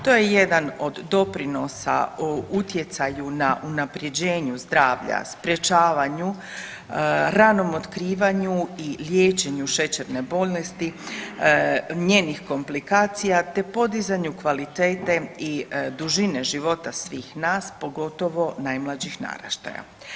To je jedan od doprinosa o utjecaju na unapređenju zdravlja, sprječavanju, ranom otkrivanju i liječenju šećerne bolesti, njenih komplikacija, te podizanju kvalitete i dužine života svih nas pogotovo najmlađih naraštaja.